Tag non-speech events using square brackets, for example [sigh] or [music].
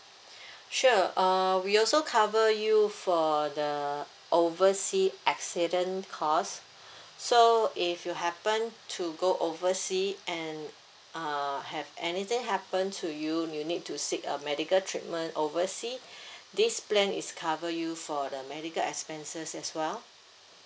[breath] sure uh we also cover you for the overseas accident caused [breath] so if you happened to go overseas and uh have anything happened to you you need to seek a medical treatment overseas [breath] this plan is cover you for the medical expenses as well